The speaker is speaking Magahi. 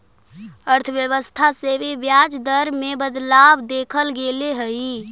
अर्थव्यवस्था से भी ब्याज दर में बदलाव देखल गेले हइ